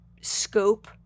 scope